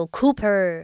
Cooper